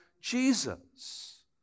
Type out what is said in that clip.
Jesus